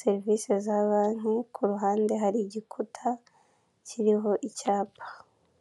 serivise za banki, ku ruhande hari igikuta kiriho icyapa.